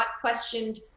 questioned